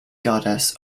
goddess